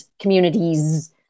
Communities